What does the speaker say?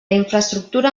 infraestructura